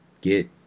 get